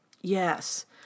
Yes